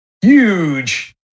huge